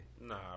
Nah